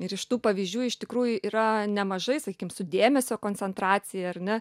ir iš tų pavyzdžių iš tikrųjų yra nemažai sakykim su dėmesio koncentracija ar ne